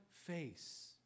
face